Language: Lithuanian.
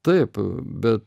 taip bet